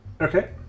Okay